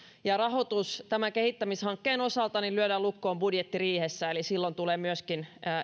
rahoitus tämän kehittämishankkeen osalta lyödään lukkoon budjettiriihessä eli silloin tulevat myöskin